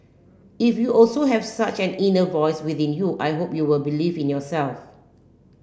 if you also have such an inner voice within you I hope you'll believe in yourself